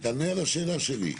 תענה על השאלה שלי.